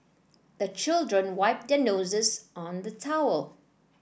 the children wipe their noses on the towel